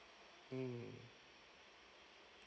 mm